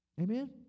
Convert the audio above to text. Amen